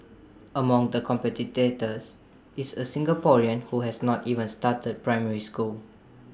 among the competitors is A Singaporean who has not even started primary school